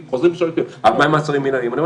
וחוזרים לשאול אותי: אבל מה עם מעצרים מנהליים?